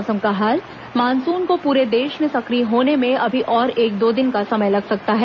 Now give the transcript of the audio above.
मौसम मानसून को पूरे प्रदेश में सक्रिय होने में अभी और एक दो दिन का समय लग सकता है